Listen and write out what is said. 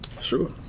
Sure